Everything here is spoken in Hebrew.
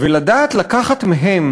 ולדעת לקחת מהן